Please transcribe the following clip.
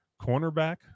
cornerback